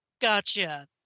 Gotcha